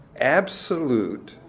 absolute